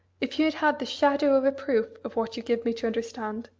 if you had had the shadow of a proof of what you give me to understand,